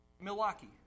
Milwaukee